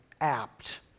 apt